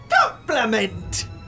compliment